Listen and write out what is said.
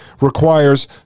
requires